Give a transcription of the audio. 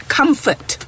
comfort